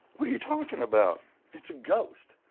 what are you talking about? it's a ghost.